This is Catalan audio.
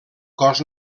cos